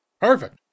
Perfect